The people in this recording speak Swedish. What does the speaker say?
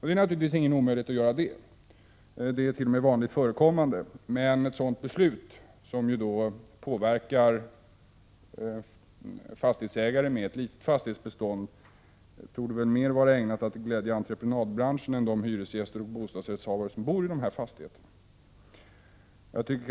Det är naturligtvis ingen omöjlighet — det är t.o.m. vanligt förekommande — men ett sådant beslut, som påverkar fastighetsägare med ett litet fastigshetsbestånd, torde mer vara ägnat att glädja entreprenadbranschen än de hyresgäster och bostadsrättshavare som bor i dessa fastigheter.